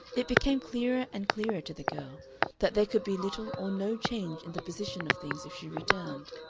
it became clearer and clearer to the girl that there could be little or no change in the position of things if she returned.